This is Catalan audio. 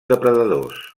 depredadors